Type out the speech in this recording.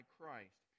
Christ